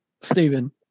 Stephen